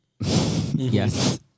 Yes